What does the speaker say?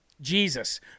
Jesus